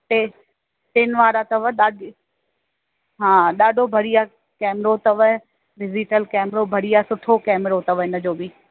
टे टिनि वारा अथव ॾाढी हा ॾाढो बढ़िया कैमरो अथव डिजिटल कैमरो बढ़िया सुठो कैमरो अथव इन जो बि